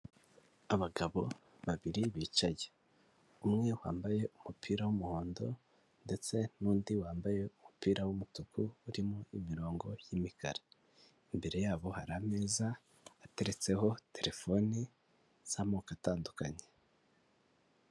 Abagabo babiri bicaye umwe wambaye umupira w'umuhondo, ndetse n'undi wambaye umupira w'umutuku urimo imirongo y'imikara, imbere yabo hari ameza ateretseho telefone z'amoko atandukanye.